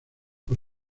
por